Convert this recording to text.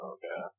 Okay